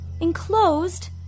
Enclosed